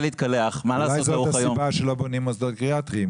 מתי להתקלח --- אולי זו גם הסיבה שלא בונים מוסדות גריאטריים.